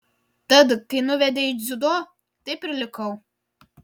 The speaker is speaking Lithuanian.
tad kai nuvedė į dziudo taip ir likau